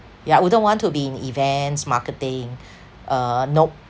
yeah I wouldn't want to be in events marketing uh nope